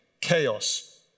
chaos